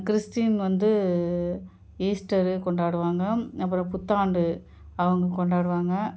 Christian வந்து Easter கொண்டாடுவாங்க அப்புறம் புத்தாண்டு அவங்க கொண்டாடுவாங்க